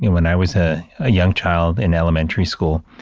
you know when i was a ah young child in elementary school,